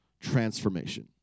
transformation